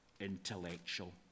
intellectual